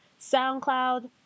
SoundCloud